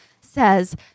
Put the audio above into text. says